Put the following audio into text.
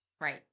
Right